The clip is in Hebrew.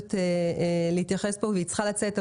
שחייבת להתייחס והיא צריכה לצאת,